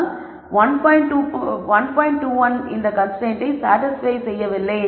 21 இந்த கன்ஸ்ரைன்ட்டை சாடிஸ்பய் செய்யவில்லை